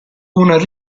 una